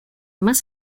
más